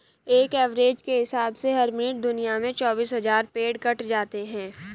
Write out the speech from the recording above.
एक एवरेज के हिसाब से हर मिनट दुनिया में चौबीस हज़ार पेड़ कट जाते हैं